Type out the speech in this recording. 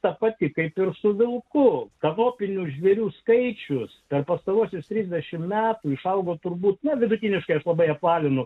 ta pati kaip pirštu vilku tabokinių žvėrių skaičius per pastaruosius trisdešimt metų išaugo turbūt ne vidutiniškai ar labai apvalino